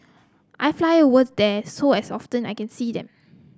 I fly over there so as often I can see them